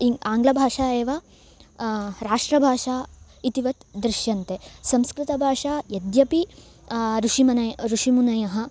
इ आङ्ग्लभाषा एव राष्ट्रभाषा इतिवत् दृश्यन्ते संस्कृतभाषा यद्यपि ऋषिमुनयः ऋषिमुनयः